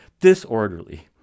disorderly